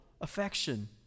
affection